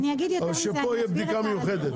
אבל שפה יהיה בדיקה מיוחדת.